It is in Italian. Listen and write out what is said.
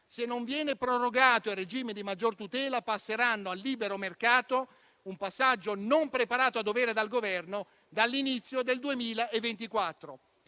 se non viene prorogato il regime di maggior tutela, passeranno al libero mercato - passaggio non preparato a dovere dal Governo - dall'inizio del 2024.